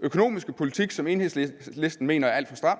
økonomiske politik, som Enhedslisten mener er alt for stram.